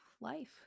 life